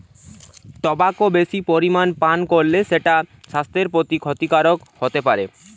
tobacco বেশি পরিমাণে পান কোরলে সেটা সাস্থের প্রতি ক্ষতিকারক হোতে পারে